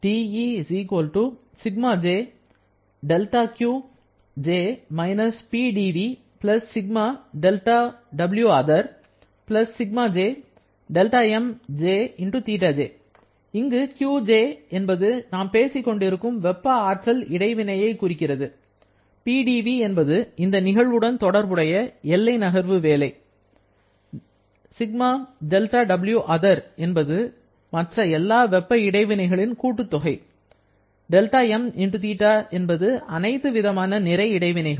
இங்கு Qj நாம் பேசிக் கொண்டிருக்கும் வெப்ப ஆற்றல் இடைவினையை குறிக்கிறது PdV என்பது இந்த நிகழ்வுடன் தொடர்புடைய எல்லை நகர்வு வேலை ΣδWother என்பது மற்ற எல்லா வெப்ப இடைவினைகளின் கூட்டுத்தொகை δmθ என்பது அனைத்து விதமான நிறை இடைவினைகள்